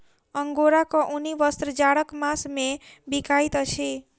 अंगोराक ऊनी वस्त्र जाड़क मास मे बिकाइत अछि